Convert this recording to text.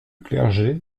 clergé